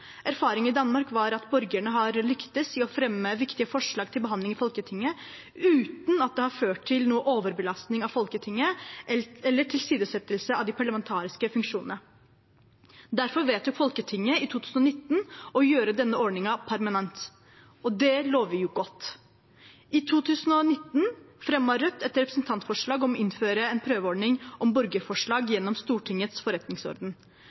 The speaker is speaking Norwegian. i Danmark er at borgerne har lyktes i å fremme viktige forslag til behandling i Folketinget, uten at det har ført til noen overbelastning av folketinget eller tilsidesettelse av de parlamentariske funksjonene. Derfor vedtok Folketinget i 2019 å gjøre denne ordningen permanent, og det lover jo godt. I 2019 fremmet Rødt et representantforslag om å innføre en prøveordning om borgerforslag gjennom Stortingets forretningsorden.